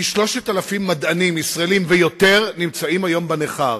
כ-3,000 מדענים ישראלים ויותר נמצאים בנכר,